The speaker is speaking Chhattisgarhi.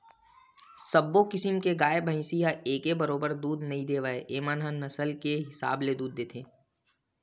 सब्बो किसम के गाय, भइसी ह एके बरोबर दूद नइ देवय एमन ह नसल के हिसाब ले दूद देथे